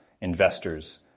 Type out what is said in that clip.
investors